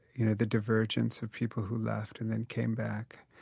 you know, the divergence of people who left and then came back.